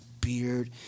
beard